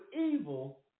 Evil